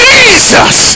Jesus